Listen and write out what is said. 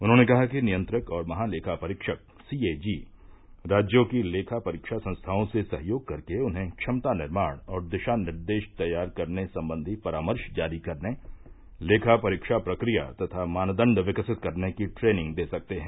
उन्होंने कहा कि नियंत्रक और महालेखा परीक्षक सीएजी राज्यों की लेखा परीक्षा संस्थाओं से सहयोग करके उन्हें क्षमता निर्माण और दिशा निर्देश तैयार करने संबंधी परामर्श जारी करने लेखा परीक्षा प्रक्रिया तथा मानदंड विकसित करने की ट्रेनिंग दे सकते हैं